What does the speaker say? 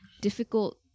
difficult